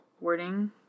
wording